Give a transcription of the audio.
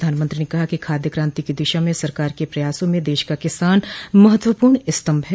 प्रधानमंत्री ने कहा कि खाद्य क्रान्ति की दिशा में सरकार के प्रयासों में देश का किसान महत्वपूर्ण स्तम्भ है